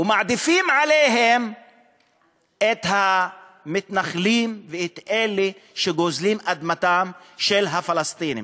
ומעדיפים עליהם את המתנחלים ואת אלה שגוזלים את אדמתם של הפלסטינים.